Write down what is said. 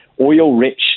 oil-rich